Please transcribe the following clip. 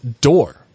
door